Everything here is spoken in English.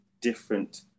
different